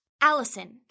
Allison